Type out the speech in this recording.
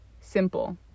simple